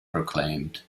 proclaimed